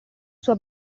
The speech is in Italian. sua